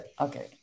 Okay